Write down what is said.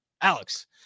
Alex